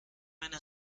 meine